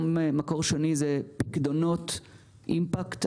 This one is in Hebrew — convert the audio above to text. מקור שני זה פיקדונות אימפקט.